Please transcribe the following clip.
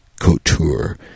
couture